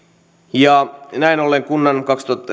ja näin ollen